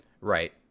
Right